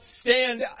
stand